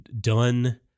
done